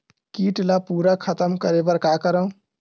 कीट ला पूरा खतम करे बर का करवं?